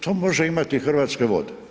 To, to može imati Hrvatske vode.